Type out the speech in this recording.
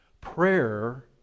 Prayer